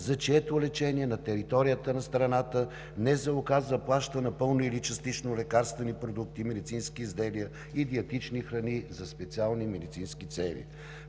за чието лечение на територията на страната Националната здравноосигурителна каса заплаща напълно или частично лекарствени продукти, медицински изделия и диетични храни за специални медицински цели.